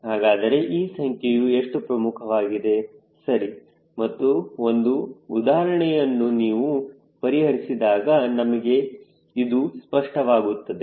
ಹಾಗಾದರೆ ಈ ಸಂಖ್ಯೆಯು ಎಷ್ಟು ಮುಖ್ಯವಾಗಿದೆ ಸರಿ ಮತ್ತು ಒಂದು ಉದಾಹರಣೆಯನ್ನು ನಾವು ಪರಿಹರಿಸಿದಾಗ ನಮಗೆ ಇದು ಸ್ಪಷ್ಟವಾಗುತ್ತದೆ